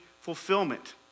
fulfillment